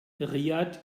riad